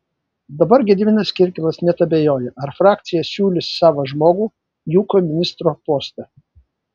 dabar gediminas kirkilas net abejoja ar frakcija siūlys savą žmogų į ūkio ministro postą